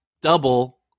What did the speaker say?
double